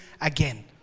again